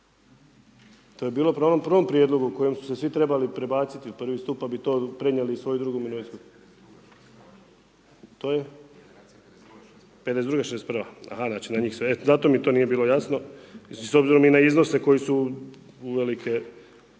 prema onom prvom prijedlogu u kojem su se svi trebali prebaciti u prvi stup, pa bi to prenijeli u svoju drugu mirovinsku… to je 52, 61, aha, znači na njih se, e zato mi to nije bilo jasno, s obzirom i na iznose koji su uvelike